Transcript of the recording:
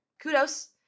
Kudos